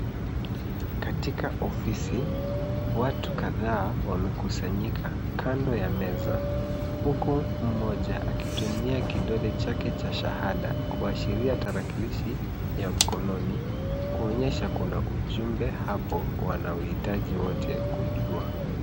Katika ofisi, watu kadhaa wamekusanyika kando ya meza, huku mmoja akitumia kidole chake cha shahada kuashiria tarakilishi ya mkonononi kuonyesha kuna ujumbe hapo wanaohitaji wote kujua.